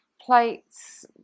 plates